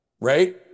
Right